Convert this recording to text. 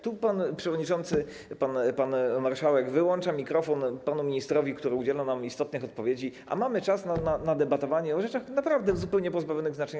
Tu pan przewodniczący, pan marszałek, wyłącza mikrofon panu ministrowi, który udziela nam istotnych odpowiedzi, a mamy czas na debatowanie o rzeczach naprawdę zupełnie pozbawionych znaczenia.